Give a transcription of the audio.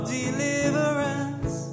deliverance